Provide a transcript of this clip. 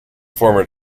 former